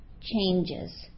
changes